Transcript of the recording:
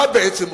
מה בעצם עושים?